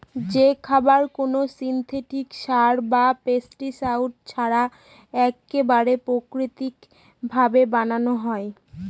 যে খাবার কোনো সিনথেটিক সার বা পেস্টিসাইড ছাড়া এক্কেবারে প্রাকৃতিক ভাবে বানানো হয়